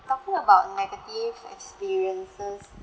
talking about negative experiences